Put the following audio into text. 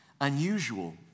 unusual